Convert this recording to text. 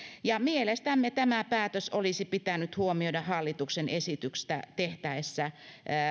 mielestämme tämä päätös olisi pitänyt huomioida hallituksen esitystä tehtäessä